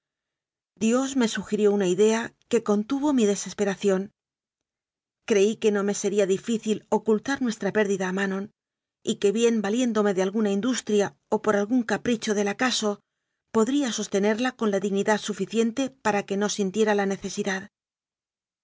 dios me sugirió una idea que contuvo mi desesperación creí que no me se ría difícil ocultar nuestra pérdida a manon y que bien valiéndome de alguna industria o por algún capricho del acaso podría sostenerla con la dig nidad suficiente para que no sintiera la necesidad